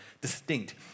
distinct